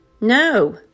no